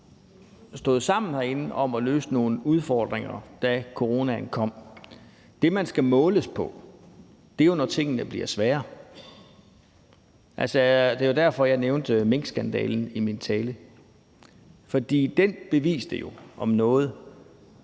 stået sammen herinde om at løse nogle udfordringer, da coronaen kom. Det, man skal måles på, er jo, når tingene bliver svære. Det er jo derfor, jeg nævnte minkskandalen i min tale. For den beviste jo om noget,